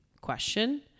question